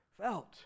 felt